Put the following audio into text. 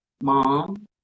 mom